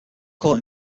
court